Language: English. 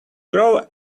grow